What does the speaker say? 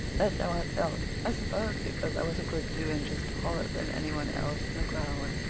that's how i felt i suppose because i was a good two inches taller than any one else in the crowd.